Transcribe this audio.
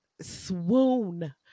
swoon